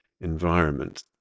environment